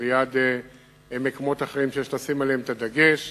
וליד מקומות אחרים שיש לשים עליהם את הדגש,